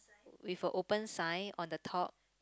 with a open sign on the top